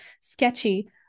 sketchy